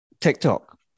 TikTok